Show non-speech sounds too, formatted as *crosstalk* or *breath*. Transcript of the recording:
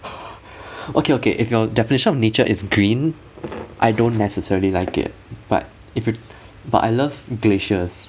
*breath* okay okay if your definition of nature is green I don't necessarily like it but if y~ but I love delicious